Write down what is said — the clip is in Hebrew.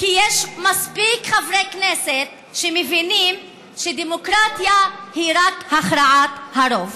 כי יש מספיק חברי כנסת שמבינים שדמוקרטיה היא רק הכרעת הרוב.